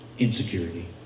Insecurity